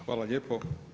Hvala lijepo.